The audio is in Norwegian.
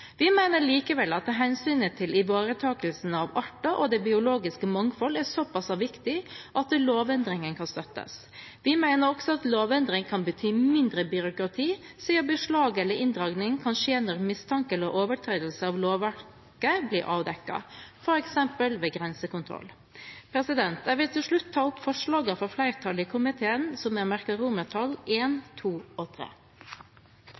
Vi mener likevel at hensynet til ivaretakelsen av arter og det biologiske mangfold er såpass viktig at lovendringen kan støttes. Vi mener også at lovendringen kan bety mindre byråkrati, siden beslag eller inndragning kan skje når mistanke om overtredelse av lovverket blir avdekket, f.eks. ved grensekontroll. Jeg vil til slutt anbefale innstillingen fra flertallet i komiteen